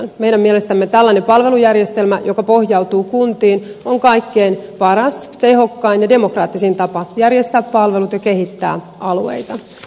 meidän mielestämme tällainen palvelujärjestelmä joka pohjautuu kuntiin on kaikkein paras tehokkain ja demokraattisin tapa järjestää palvelut ja kehittää alueita